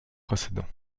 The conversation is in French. précédent